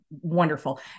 wonderful